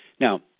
Now